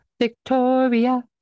victoria